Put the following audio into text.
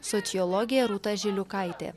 sociologė rūta žiliukaitė